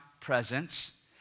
presence